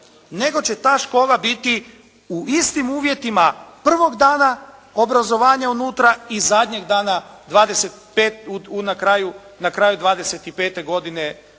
nego će ta škola biti u istim uvjetima prvog dana obrazovanja unutra i zadnjeg dana, na kraju 25. godine će